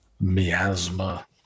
miasma